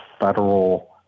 federal